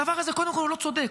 הדבר הזה, קודם כול, הוא לא צודק.